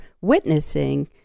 witnessing